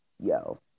yo